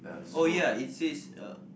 oh ya it says uh